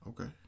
Okay